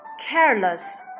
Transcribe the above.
careless